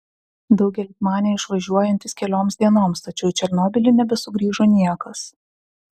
daugelis manė išvažiuojantys kelioms dienoms tačiau į černobylį nebesugrįžo niekas